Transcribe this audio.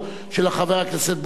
"הבונדס"),